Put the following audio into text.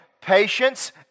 patience